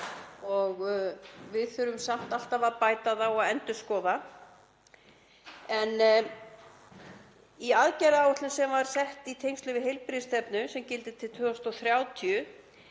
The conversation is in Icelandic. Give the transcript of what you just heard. Við þurfum samt alltaf að bæta það og endurskoða. Í aðgerðaáætlun sem var sett í tengslum við heilbrigðisstefnu sem gildir til 2030